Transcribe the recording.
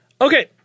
Okay